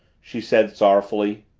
she said sorrowfully.